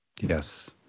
Yes